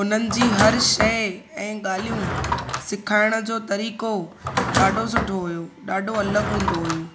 हुननि जी हर शइ ऐं ॻाल्हियूं सिखाइण जो तरीक़ो ॾाढो सुठो हुयो ॾाढो अलॻि हूंदो हुयो